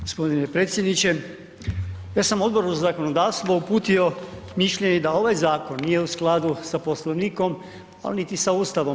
Gospodine predsjedniče, ja sam Odboru za zakonodavstvo uputio mišljenje da ovaj zakon nije u skladu sa Poslovnikom, a niti sa Ustavom.